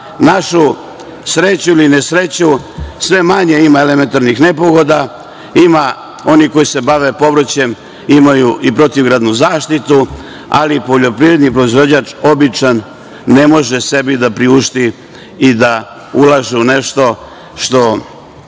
našu sreću ili nesreću sve manje ima elementarnih nepogoda, ima onih koji se bave povrćem, imaju i protivgradnu zaštitu, ali poljoprivredni proizvođač običan ne može sebi da priušti i da ulaže u nešto što